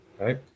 Right